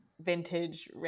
vintage